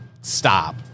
Stop